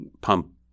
pump